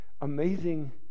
amazing